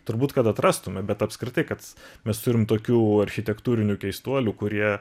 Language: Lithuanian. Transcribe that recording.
turbūt kad atrastume bet apskritai kad mes turim tokių architektūrinių keistuolių kurie